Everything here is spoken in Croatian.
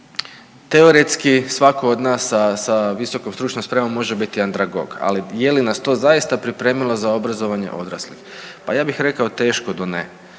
teoretski svatko od nas sa, sa visokom stručnom spremom može biti andragog, ali je li nas to zaista pripremilo za obrazovanje odraslih. Pa ja bi rekao teško do ne.